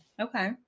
okay